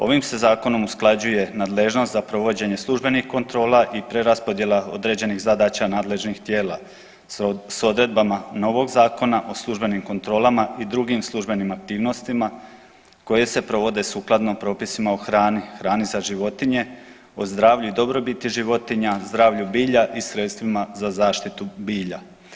Ovim se zakonom usklađuje nadležnost za provođenje službenih kontrola i preraspodjela određenih zadaća nadležnih tijela s odredbama novog Zakona o službenim kontrolama i drugim službenim aktivnostima koje se provode sukladno propisima o hrani, hrani za životinje, o zdravlju i dobrobiti životinja, zdravlju bilja i sredstvima za zaštitu bilja.